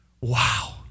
Wow